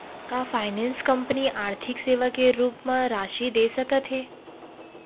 का finance company आर्थिक सेवा के रूप म राशि दे सकत हे?